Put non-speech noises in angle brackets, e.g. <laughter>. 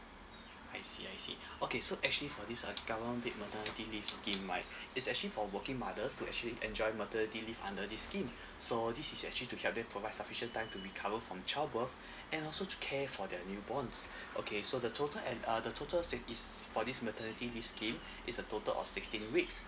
I see I see <breath> okay so actually for this uh the government paid maternity leave scheme right <breath> it's actually for working mothers to actually enjoy maternity leave under this scheme <breath> so this is actually to help them provides sufficient time to recover from child birth <breath> and also to care for their newborns <breath> okay so the total and uh the total leaves for this maternity this scheme is a total of sixteen weeks uh do